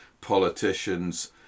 politicians